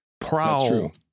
Prowl